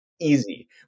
easy